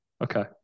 Okay